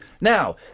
Now